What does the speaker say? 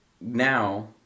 Now